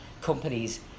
companies